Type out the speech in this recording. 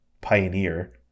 Pioneer